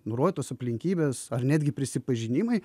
nurodytos aplinkybės ar netgi prisipažinimai